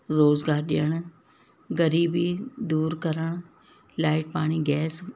रोज़गारु ॾियणु ग़रीबी दूरि करण लाइट पाणी गैस